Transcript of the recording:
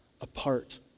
apart